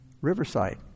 Riverside